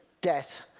death